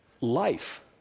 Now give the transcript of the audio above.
life